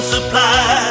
Supply